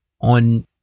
on